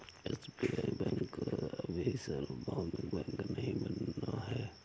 SBI bank अभी सार्वभौमिक bank नहीं बना है